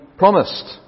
Promised